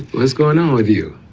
what's going on with you?